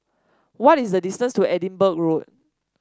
what is the distance to Edinburgh Road